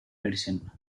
medicine